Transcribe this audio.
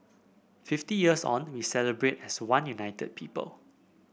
fifty years on we celebrate as one united people